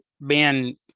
Ben